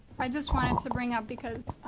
i just wanted to bring up, because